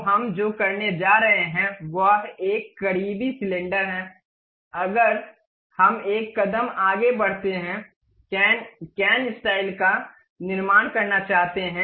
तो हम जो करने जा रहे हैं वह एक करीबी सिलेंडर है अगर हम एक कदम आगे बढ़ते हुए कैन कैन स्टाइल का निर्माण करना चाहते हैं